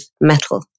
Metal